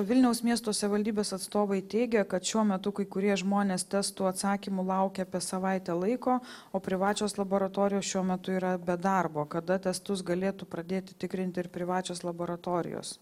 vilniaus miesto savivaldybės atstovai teigia kad šiuo metu kai kurie žmonės testų atsakymų laukia apie savaitę laiko o privačios laboratorijos šiuo metu yra be darbo kada testus galėtų pradėti tikrinti privačios laboratorijos